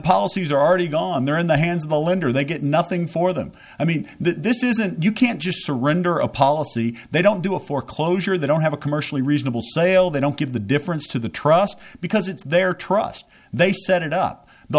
policies are already gone they're in the hands of the lender they get nothing for them i mean this isn't you can't just surrender a policy they don't do a foreclosure they don't have a commercially reasonable sale they don't give the difference to the trust because it's their trust they set it up the